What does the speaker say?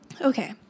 Okay